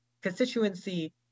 constituency